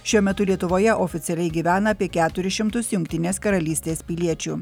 šiuo metu lietuvoje oficialiai gyvena apie keturis šimtus jungtinės karalystės piliečių